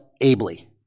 ably